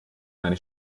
meine